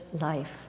life